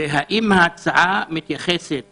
והאם ההצעה מתייחסת